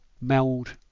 Meld